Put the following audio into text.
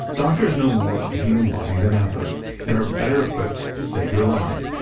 doctors know more about the human body than ever and are better equipped to save your life,